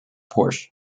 porsche